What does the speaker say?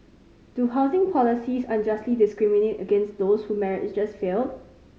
do housing policies unjustly discriminate against those whose marriages failed